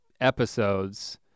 episodes